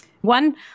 One